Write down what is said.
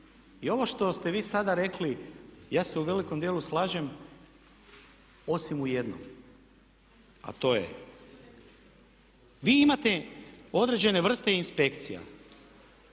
Ovo što ste vi sada rekli ja se u velikom dijelu slažem osim u jednom a to je vi imate određene vrste inspekcija,